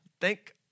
thank